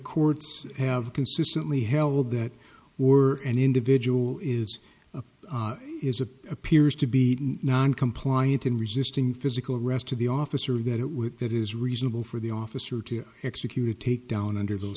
courts have consistently held that were an individual is a is a appears to be non compliant in resisting physical arrest to the officer that it would that is reasonable for the officer to execute to take down under those